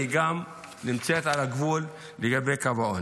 גם נמצאת על גבול קו העוני.